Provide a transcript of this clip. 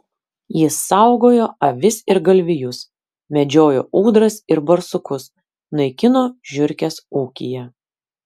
jis saugojo avis ir galvijus medžiojo ūdras ir barsukus naikino žiurkes ūkyje